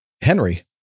Henry